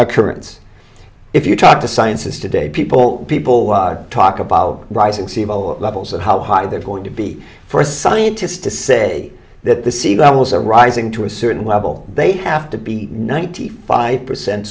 occurrence if you talk to scientists today people people talk about rising sea levels and how high they're going to be for a scientist to say that the sea levels are rising to a certain level they have to be ninety five percent